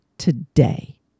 today